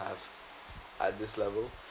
at this level